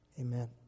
Amen